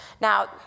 Now